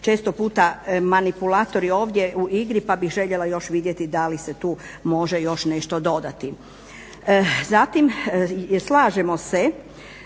često puta manipulatori ovdje u igri pa bih željela još vidjeti da li se tu može još nešto dodati. Zatim, slažemo se